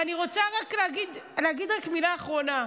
ואני רוצה להגיד רק מילה אחרונה.